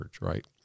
right